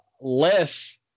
less